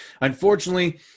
unfortunately